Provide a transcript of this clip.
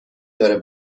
داره